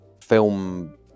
film